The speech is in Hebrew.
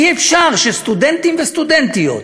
אי-אפשר שסטודנטים וסטודנטיות,